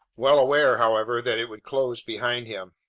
well aware, however, that it would close behind him.